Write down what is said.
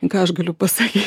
ką aš galiu pasakyt